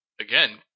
again